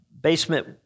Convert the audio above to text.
basement